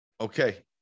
okay